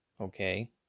okay